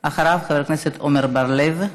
אחריו, חבר הכנסת עמר בר-לב.